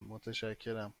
متشکرم